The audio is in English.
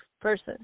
person